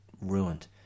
ruined